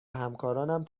همکارانم